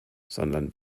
sondern